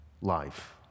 life